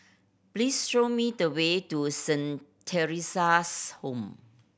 please show me the way to Saint Theresa's Home